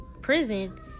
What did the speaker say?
prison